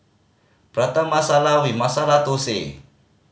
Prata Masala Masala Thosai